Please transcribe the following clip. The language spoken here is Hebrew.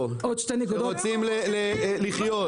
אנחנו לא נכנסים לראשון לציון